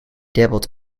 dabbled